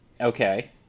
Okay